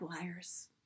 liars